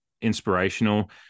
inspirational